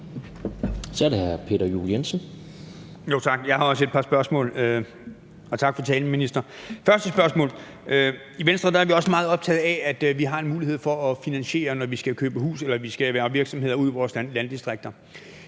Tak. Og tak for talen, minister. Jeg har også et par spørgsmål. Første spørgsmål: I Venstre er vi også meget optaget af, at der er en mulighed for at finansiere det, når man skal købe hus eller i forhold til virksomheder ude i vores landdistrikter.